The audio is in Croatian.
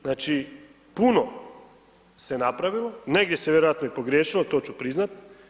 Znači puno se napravilo, negdje se vjerojatno i pogriješilo, to ću priznat.